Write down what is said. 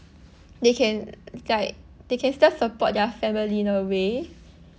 they can like they can still support their family in a way